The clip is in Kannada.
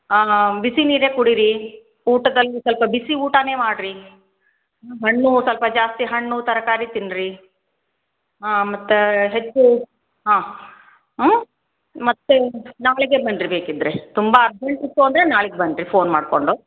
ಬಿಸಿ ನೀರೇ ಕುಡಿರಿ ಊಟದಲ್ಲಿ ಸ್ವಲ್ಪ ಬಿಸಿ ಊಟನೇ ಮಾಡಿರಿ ಹಣ್ಣು ಸ್ವಲ್ಪ ಜಾಸ್ತಿ ಹಣ್ಣು ತರಕಾರಿ ತಿನ್ನಿರಿ ಮತ್ತು ಹೆಚ್ಚು ಹಾಂ ಹ್ಞೂ ಮತ್ತೆ ನಾಳೆಗೆ ಬನ್ನಿರಿ ಬೇಕಿದ್ದರೆ ತುಂಬ ಅರ್ಜೆಂಟ್ ಇತ್ತು ಅಂದರೆ ನಾಳೆಗ್ ಬನ್ನಿರಿ ಫೋನ್ ಮಾಡಿಕೊಂಡು